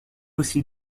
aussi